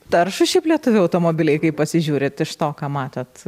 taršūs šiaip lietuvių automobiliai kaip pasižiūrit iš to ką matot